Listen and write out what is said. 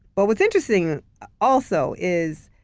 but what's interesting also is,